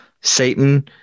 Satan